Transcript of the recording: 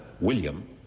William